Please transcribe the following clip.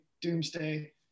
doomsday